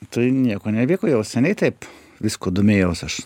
tai nieko neįvyko jau seniai taip viskuo domėjausi aš